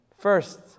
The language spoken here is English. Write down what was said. First